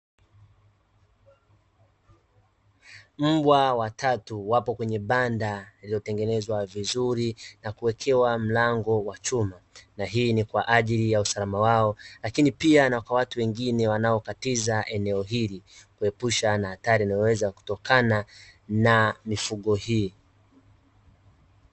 Mbwa wa tatu wapo kwenye banda lililotengenezwa vizuri na kuwekewa mlango wa chuma, na hii ni kwaajili ya usalama wao lakini pia na kwa watu wengine wanaokatiza eneo hili kuepusha na hatari inayoweza kutokana na mifugo hii.